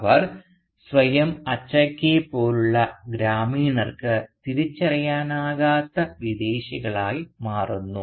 അവർ സ്വയം അച്ചക്കയെപ്പോലുള്ള ഗ്രാമീണർക്ക് തിരിച്ചറിയാനാകാത്ത വിദേശികളായി മാറുന്നു